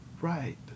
Right